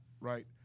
right